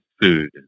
food